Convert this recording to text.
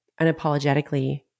unapologetically